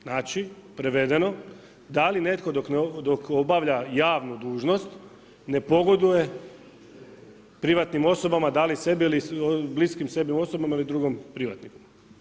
Znači, prevedeno, da li netko dok obavlja javnu dužnost, ne pogoduje privatnim osobama, da li sebi ili bliskim sebi osobama ili drugom privatniku.